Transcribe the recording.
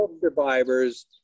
Survivors